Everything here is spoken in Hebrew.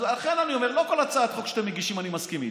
לכן אני אומר: לא כל הצעת חוק שאתם מגישים אני מסכים איתה,